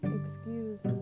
excuse